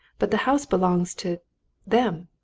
but the house belongs to them!